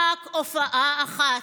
רק הופעה אחת,